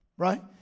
right